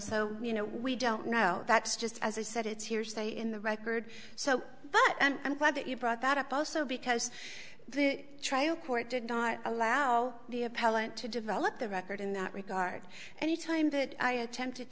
so you know we don't know that's just as i said it's hearsay in the record so but i'm glad that you brought that up also because the trial court did not allow the appellant to develop the record in that regard any time that i attempted